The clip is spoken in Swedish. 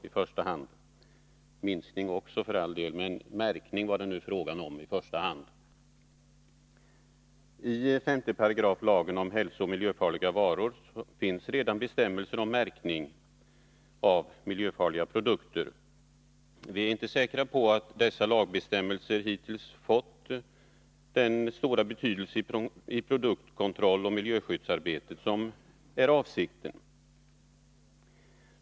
— Vi vill för all del också få till stånd en minskning, men det var nu i första hand fråga om märkning. Vi är inte säkra på att dessa lagbestämmelser hittills har fått den stora betydelse i produktkontrolloch miljöskyddsarbete som är avsikten.